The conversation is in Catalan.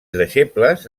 deixebles